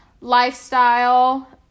lifestyle